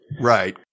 Right